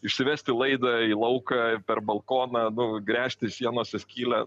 išsivesti laidą į lauką per balkoną nu gręžti sienose skylę